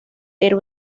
era